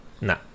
No